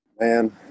Man